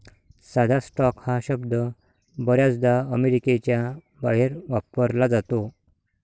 साधा स्टॉक हा शब्द बर्याचदा अमेरिकेच्या बाहेर वापरला जातो